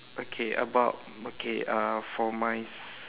okay about okay uh for my~